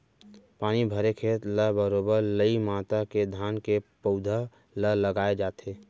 पानी भरे खेत ल बरोबर लई मता के धान के पउधा ल लगाय जाथे